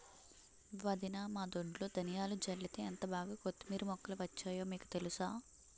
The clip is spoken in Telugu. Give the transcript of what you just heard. వదినా మా దొడ్లో ధనియాలు జల్లితే ఎంటబాగా కొత్తిమీర మొక్కలు వచ్చాయో మీకు తెలుసా?